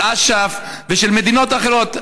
של אש"ף, ושל מדינות אחרות.